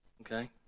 Okay